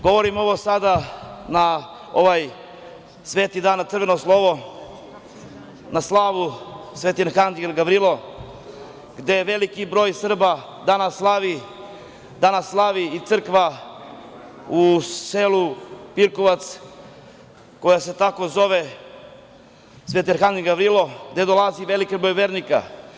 Govorim ovo sada na ovaj sveti dan, na crveno slovo, na slavu Sveti arhangel Gavrilo, gde veliki broj Srba danas slavi, danas slavi i crkva u selu Pirkovac koja se zove Sveti arhangel Gavrilo, gde dolazi veliki broj vernika.